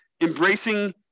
embracing